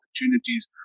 opportunities